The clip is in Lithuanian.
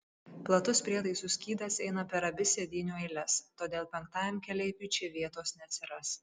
platus prietaisų skydas eina per abi sėdynių eiles todėl penktajam keleiviui čia vietos neatsiras